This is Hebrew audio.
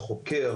אני חושב